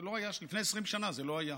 לפני 20 שנה זה לא היה.